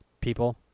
people